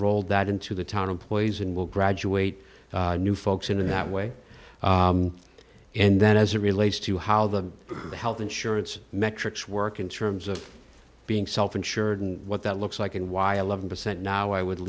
rolled that into the town employees and will graduate new folks in that way and then as it relates to how the health insurance metrics work in terms of being self insured and what that looks like and why eleven percent now i would